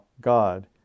God